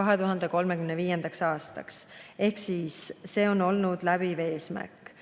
2035. aastaks, seega see on olnud läbiv eesmärk.